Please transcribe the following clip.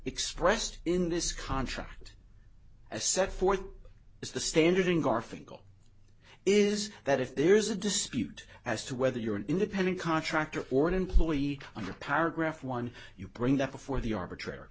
expressed in this contract as set forth is the standard in garfinkel is that if there is a dispute as to whether you're an independent contractor or an employee under paragraph one you bring that before the arbitrary